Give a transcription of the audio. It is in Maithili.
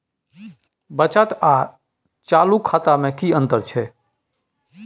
बचत आर चालू खाता में कि अतंर छै?